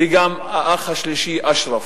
וגם האח השלישי אשרף,